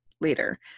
later